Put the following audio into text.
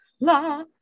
La